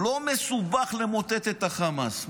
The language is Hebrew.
לא מסובך למוטט את החמאס.